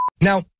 Now